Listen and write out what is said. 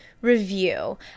review